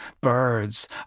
birds